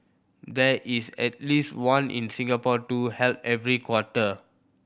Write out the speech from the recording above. there is at least one in Singapore too held every quarter